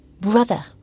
brother